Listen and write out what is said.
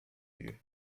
lieu